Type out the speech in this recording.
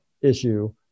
issue